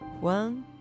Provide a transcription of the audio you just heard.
one